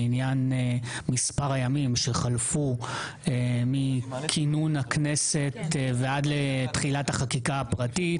בעניין מספר הימים שחלפו מכינון הכנסת ועד לתחילת החקיקה הפרטית.